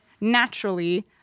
naturally